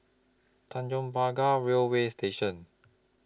Tanjong Pagar Railway Station